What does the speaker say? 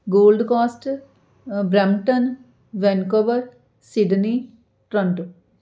gold coast Brampton Vancouver Sydney Toronto